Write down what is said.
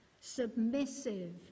submissive